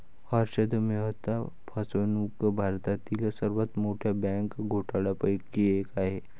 हर्षद मेहता फसवणूक भारतातील सर्वात मोठ्या बँक घोटाळ्यांपैकी एक आहे